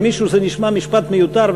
אם למישהו זה נשמע משפט מיותר,